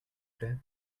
plait